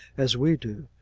as we do,